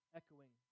echoing